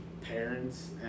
parents